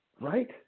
right